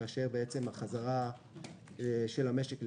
חזרה של המשק לפעילות,